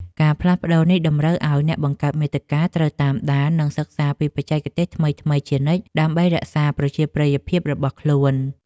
ការផ្លាស់ប្តូរនេះតម្រូវឱ្យអ្នកបង្កើតមាតិកាត្រូវតាមដាន និងសិក្សាពីបច្ចេកទេសថ្មីៗជានិច្ច ដើម្បីរក្សាប្រជាប្រិយភាពរបស់ខ្លួន។